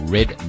Red